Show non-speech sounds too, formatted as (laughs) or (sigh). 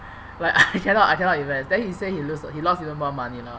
like (laughs) I cannot I cannot invest then he said he lose he lost even more money lah